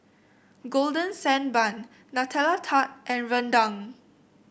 Golden Sand Bun Nutella Tart and rendang